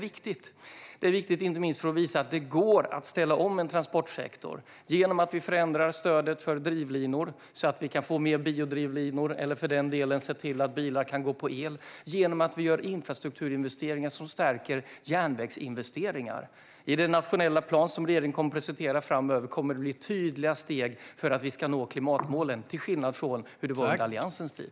Detta är viktigt inte minst för att visa att det går att ställa om en transportsektor genom att förändra stödet för drivlinor, så att det går att få fram fler biodrivlinor eller för den delen se till att bilar kan gå på el, och vidare genom att göra infrastrukturinvesteringar som stärker järnvägsinvesteringar. I den nationella plan som regeringen kommer att presentera framöver kommer det att bli tydliga steg för att nå klimatmålen - till skillnad från hur det var under Alliansens tid.